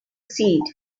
seed